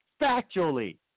Factually